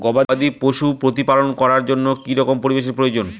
গবাদী পশু প্রতিপালন করার জন্য কি রকম পরিবেশের প্রয়োজন?